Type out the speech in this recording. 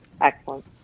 Excellent